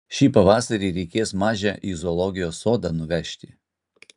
šį pavasarį reikės mažę į zoologijos sodą nuvežti